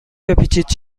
بپیچید